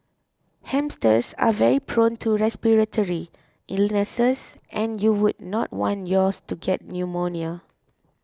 hamsters are very prone to respiratory illnesses and you would not want yours to get pneumonia